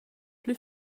plü